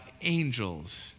angels